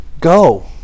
Go